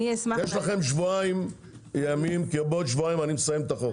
יש לכם שבועיים ימים כי עוד שבועיים אני מסיים את החוק.